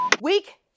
week